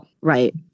Right